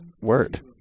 Word